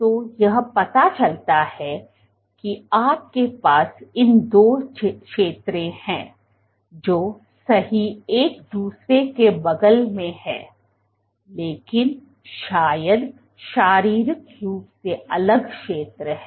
तो यह पता चलता है कि आपके पास इन दो क्षेत्रों है जो सही एक दूसरे के बगल में हैं लेकिन शायद शारीरिक रूप से अलग क्षेत्र हैं